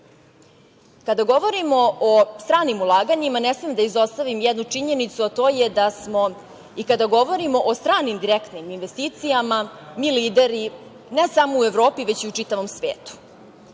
govorimo o stranim ulaganjima, ne smem da izostavim jednu činjenicu, a to je da smo i kada govorimo o stranim direktnim investicijama mi lideri ne samo u Evropi, već i u čitavom svetu. Naime,